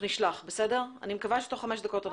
שנחזור תוך חמש דקות.